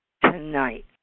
tonight